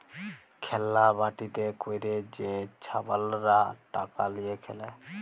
খেল্লা বাটিতে ক্যইরে যে ছাবালরা টাকা লিঁয়ে খেলে